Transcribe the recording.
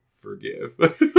forgive